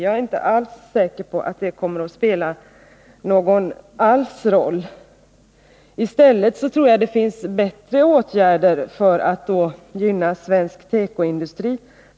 Jag är inte alls säker på att den kommer att spela någon roll över huvud taget, utan jag tror i stället att det finns andra åtgärder som bättre skulle gynna svensk tekoindustri.